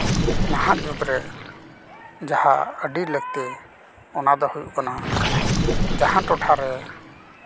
ᱱᱟᱦᱟᱜ ᱡᱩᱜᱽᱨᱮ ᱡᱟᱦᱟᱸ ᱟᱹᱰᱤ ᱞᱟᱹᱠᱛᱤ ᱚᱱᱟ ᱫᱚ ᱦᱩᱭᱩᱜ ᱠᱟᱱᱟ ᱡᱟᱦᱟᱸ ᱴᱚᱴᱷᱟᱨᱮ